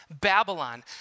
Babylon